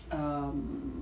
um